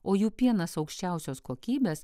o jų pienas aukščiausios kokybės